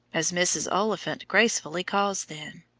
as mrs. oliphant gracefully calls them.